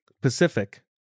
Pacific